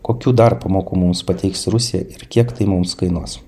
kokių dar pamokų mums pateiks rusija ir kiek tai mums kainuos